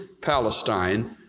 Palestine